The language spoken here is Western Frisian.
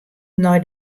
nei